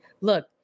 Look